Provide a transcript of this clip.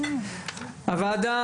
ז׳- הוועדה,